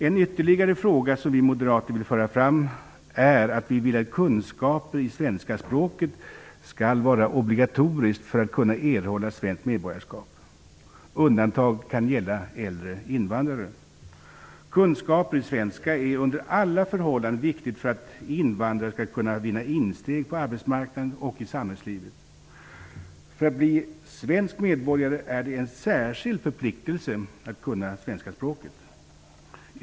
En ytterligare fråga som vi moderater vill föra fram är att kunskaper i det svenska språket skall vara obligatoriska för att man skall kunna erhålla svenskt medborgarskap. Undantag kan gälla för äldre invandrare. Kunskaper i svenska är under alla förhållanden viktigt för att invandrare skall kunna vinna insteg på arbetsmarknaden och i samhällslivet. För att bli svensk medborgare är det en särskild förpliktelse att kunna svenska språket.